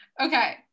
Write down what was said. Okay